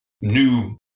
new